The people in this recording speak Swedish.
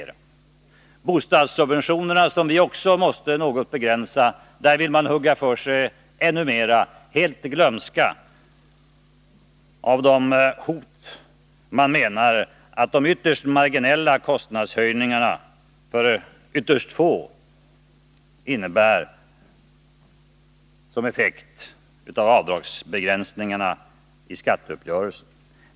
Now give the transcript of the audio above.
När det gäller bostadssubventionerna, som vi också något måste begränsa, vill man hugga för sig ännu mer, helt i glömska av hur man protesterat mot de ytterst marginella kostnadshöjningarna för ytterst få som avdragsbegränsningarna i skatteuppgörelsen innebär.